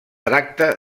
tracta